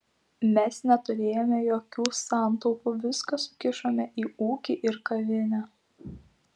mes neturėjome jokių santaupų viską sukišome į ūkį ir kavinę